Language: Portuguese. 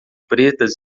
pretas